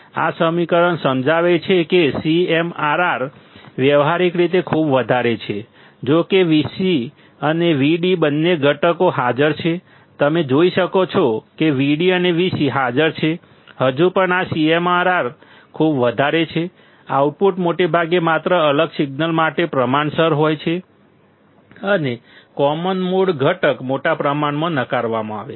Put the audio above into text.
આ સમીકરણ સમજાવે છે કે CMRR વ્યવહારીક રીતે ખૂબ વધારે છે જોકે Vc અને Vd બંને ઘટકો હાજર છે તમે જોઈ શકો છો કે Vd અને Vc હાજર છે હજુ પણ આ CMRR ખૂબ વધારે છે આઉટપુટ મોટે ભાગે માત્ર અલગ સિગ્નલ માટે પ્રમાણસર હોય છે અને કોમન મોડ ઘટક મોટા પ્રમાણમાં નકારવામાં આવે છે